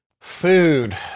food